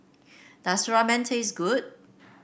does Ramen taste good